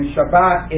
Shabbat